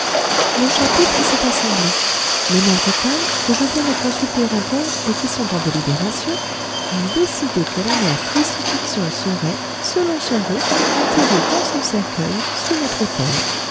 le chapitre s'est assemblé les mères vocales que je viens de consulter encore et qui sont en délibération ont décidé que la mère crucifixion serait selon son voeu enterrée dans son cercueil sous notre autel